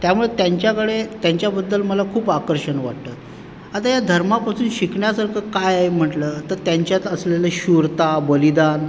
त्यामुळे त्यांच्याकडे त्यांच्याबद्दल मला खूप आकर्षण वाटतं आता या धर्मापासून शिकण्यासारखं काय आहे म्हटलं तर त्यांच्यात असलेलं शूरता बलिदान